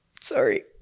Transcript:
Sorry